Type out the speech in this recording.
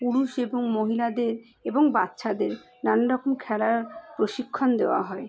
পুরুষ এবং মহিলাদের এবং বাচ্চাদের নানারকম খেলার প্রশিক্ষণ দেওয়া হয়